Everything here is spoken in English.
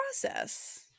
process